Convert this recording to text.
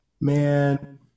Man